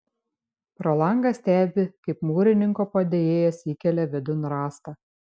pro langą stebi kaip mūrininko padėjėjas įkelia vidun rąstą